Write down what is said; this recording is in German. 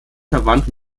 verwandt